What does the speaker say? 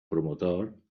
promotor